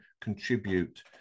contribute